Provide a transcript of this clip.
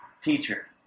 Teacher